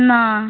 না